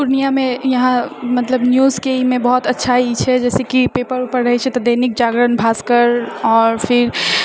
पूर्णियामे यहाँ मतलब न्यूजके ई मे बहुत अच्छा ई छै जैसे कि पेपर पढ़ै छै तऽ दैनिक जागरण भास्कर आओर फिर